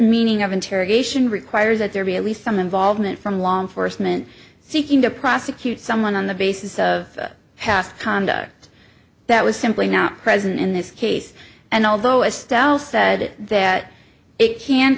meaning of interrogation requires that there be at least some involvement from law enforcement seeking to prosecute someone on the basis of past conduct that was simply not present in this case and although a style said it that it can